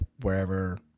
wherever